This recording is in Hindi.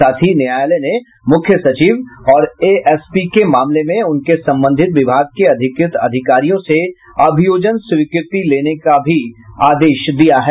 साथ ही न्यायालय ने मुख्य सचिव और एएसपी के मामले में उनके संबंधित विभाग के अधिकृत अधिकारियों से अभियोजन स्वीकृति लेने का भी आदेश दिया है